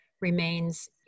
remains